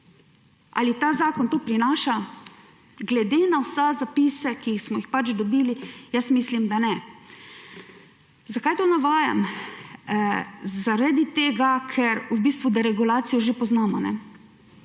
Ali ta zakon to prinaša? Glede na vse zapise, ki smo jih pač dobili, jaz mislim, da ne. Zakaj to navajam? Zaradi tega, ker v bistvu deregulacijo že poznamo.